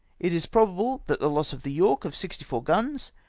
it is probable that the loss of the york of sixty four guns,